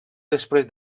després